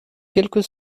quelques